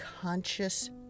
conscious